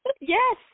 Yes